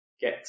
get